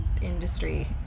industry